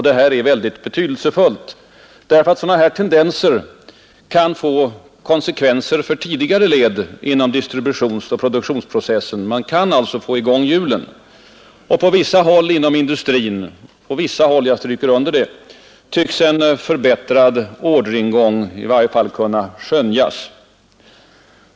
Detta är väldigt betydelsefullt, därför att sådana här tendenser kan få konsekvenser för tidigare led i distributionsoch produktionsprocessen. Man kan alltså få i gång hjulen. På vissa håll inom industrin — jag stryker under på vissa håll — tycks en förbättrad orderingång i varje fall kunna skönjas.